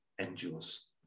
endures